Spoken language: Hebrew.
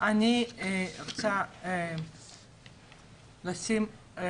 אני רוצה לשים את